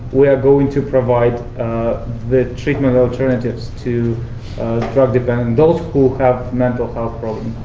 we are going to provide the treatment alternatives to drug dependence those who have mental health problems,